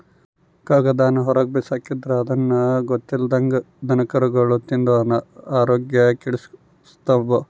ಕಾಗದಾನ ಹೊರುಗ್ಬಿಸಾಕಿದ್ರ ಅದುನ್ನ ಗೊತ್ತಿಲ್ದಂಗ ದನಕರುಗುಳು ತಿಂದು ಆರೋಗ್ಯ ಕೆಡಿಸೆಂಬ್ತವ